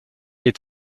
est